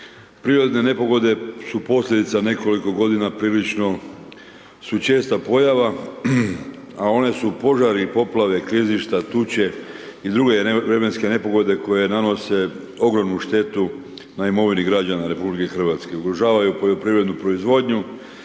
Prirodno nepogode su posljedica nekoliko godina prilično su česta pojava, a one su požari, poplave, klizišta, tuče i druge vremenske nepogode koje nanose ogromnu štetu na imovini građana RH i ugrožavaju poljoprivrednu proizvodnju